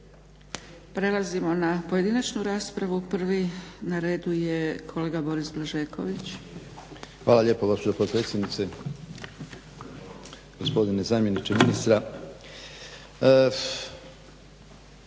Prelazimo na pojedinačnu raspravu. Prvi na redu je kolega Boris Blažeković. **Blažeković, Boris (HNS)** Hvala lijepo gospođo potpredsjednice, gospodine zamjeniče ministra.